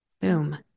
Boom